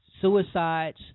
suicides